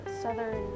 Southern